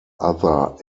other